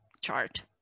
chart